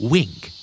Wink